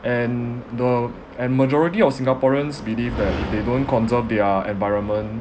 and the and majority of singaporeans believe that if they don't conserve their environment